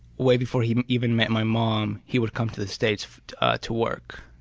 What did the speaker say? way before he even met my mom, he would come to the states to work.